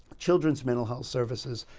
children's mental health services,